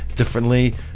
differently